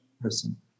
person